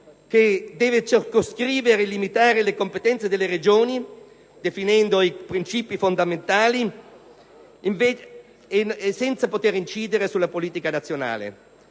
che deve circoscrivere e limitare le competenze delle Regioni, definendo i princìpi fondamentali, senza poter incidere sulla politica nazionale.